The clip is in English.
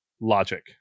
logic